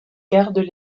gardent